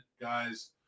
guys